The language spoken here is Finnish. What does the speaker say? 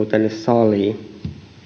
tänne saliin